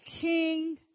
king